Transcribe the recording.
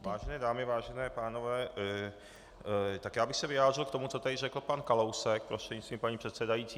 Vážené dámy, vážení pánové, já bych se vyjádřil k tomu, co tady řekl pan Kalousek prostřednictvím paní předsedající.